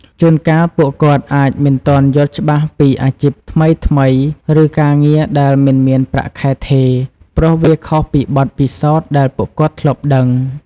ជួនកាល ពួកគាត់អាចមិនទាន់យល់ច្បាស់ពីអាជីពថ្មីៗ ឬការងារដែលមិនមានប្រាក់ខែថេរ ព្រោះវាខុសពីបទពិសោធន៍ដែលពួកគាត់ធ្លាប់ដឹង។